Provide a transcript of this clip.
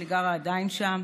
אימא שלי עדיין גרה שם,